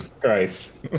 Christ